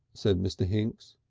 said mr. hinks.